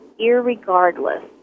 irregardless